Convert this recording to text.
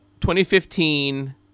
2015